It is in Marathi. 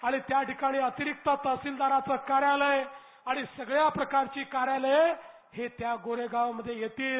आणि त्या ठिकाणी अतिरिक्त तहसिलदाराचं कार्यालय आणि सगळ्या प्रकारची कार्यालय हे त्या गोरेगाव मध्ये येतील